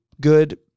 good